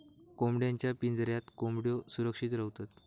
कोंबड्यांच्या पिंजऱ्यात कोंबड्यो सुरक्षित रव्हतत